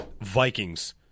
Vikings